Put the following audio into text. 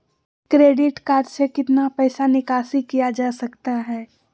Credit card से कितना पैसा निकासी किया जा सकता है?